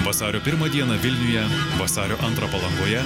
vasario pirmą dieną vilniuje vasario antrą palangoje